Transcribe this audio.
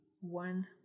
one